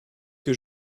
que